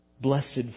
blessed